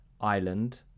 island